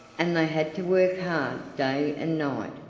and they had to work hard day and night,